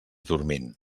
dormint